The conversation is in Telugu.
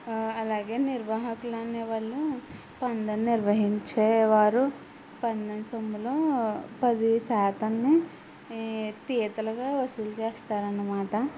అలాగే నిర్వాహకులు అనేవాళ్ళు పందెం నిర్వహించే వారు పందెం సొమ్ములో పది శాతాన్ని ఈ తీతలుగా వసూలు చేస్తారనమాట